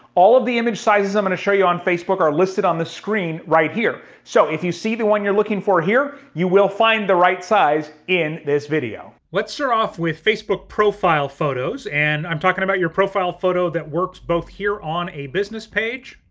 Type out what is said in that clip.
all of the image sizes i'm gonna show you on facebook are listed on the screen right here. so if you see the one you're looking for here, you will find the right size in this video. let's start off with facebook profile photos. and i'm talking about your profile photo that works both here on a business page,